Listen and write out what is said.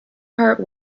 heart